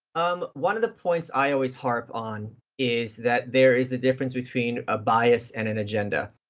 um one of the points i always harp on is that there is a difference between a bias and an agenda,